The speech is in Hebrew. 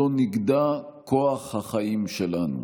לא נגדע כוח החיים שלנו.